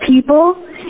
people